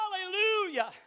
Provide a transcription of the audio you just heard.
hallelujah